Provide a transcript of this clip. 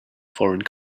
foreign